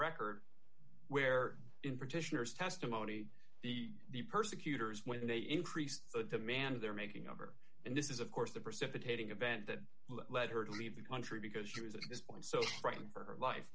record where in partitioner is testimony the persecutors when they increased the demand of their making over and this is of course the precipitating event that led her to leave the country because she was at this point so frightened for her life